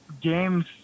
games